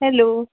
hello